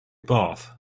bath